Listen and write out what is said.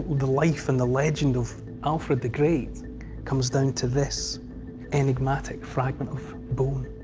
the life and the legend of alfred the great comes down to this enigmatic fragment of bone.